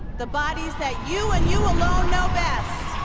the bodies that you and you alone know best.